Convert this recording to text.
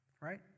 Right